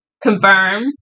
confirm